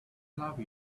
love